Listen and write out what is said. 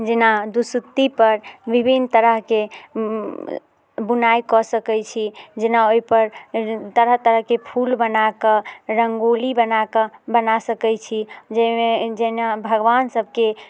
जेना दुसुत्ती पर विभिन्न तरहके बुनाइ कऽ सकैत छी जेना ओहि पर तरह तरहके फूल बनाकऽ रङ्गोली बनाकऽ बना सकैत छी जाहिमे जेना भगवान सभकेँ